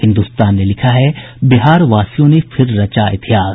हिन्दुस्तान ने लिखा है बिहारवासियों ने फिर रचा इतिहास